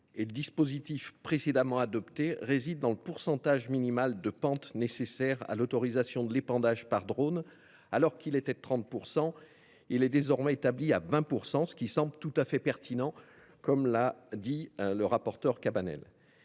le dispositif précédemment adopté réside dans le pourcentage minimal de pente nécessaire à l’autorisation de l’épandage par drone : alors qu’il était de 30 %, il est désormais établi à 20 %. Ce chiffre semble tout à fait pertinent, comme l’indiquait M. le rapporteur Cabanel.